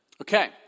Okay